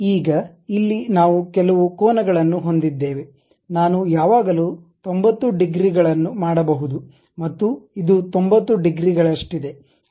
ಈಗ ಇಲ್ಲಿ ನಾವು ಕೆಲವು ಕೋನಗಳನ್ನು ಹೊಂದಿದ್ದೇವೆ ನಾನು ಯಾವಾಗಲೂ 90 ಡಿಗ್ರಿಗಳನ್ನು ಮಾಡಬಹುದು ಮತ್ತು ಇದು 90 ಡಿಗ್ರಿಗಳಷ್ಟಿದೆ